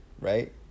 right